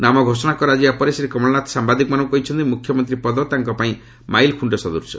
ନାମ ଘୋଷଣା କରାଯିବା ପରେ ଶ୍ରୀ କମଲନାଥ ସାମ୍ବାଦିକମାନଙ୍କୁ କହିଛନ୍ତି ମୁଖ୍ୟମନ୍ତ୍ରୀ ପଦ ତାଙ୍କ ପାଇଁ ମାଇଲ୍ଖୁଣ୍ଟ ସଦୃଶ